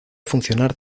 funcionar